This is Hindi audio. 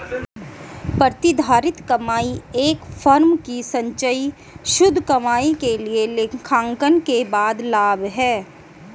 प्रतिधारित कमाई एक फर्म की संचयी शुद्ध कमाई के लिए लेखांकन के बाद लाभ है